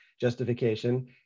justification